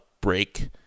break